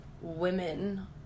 women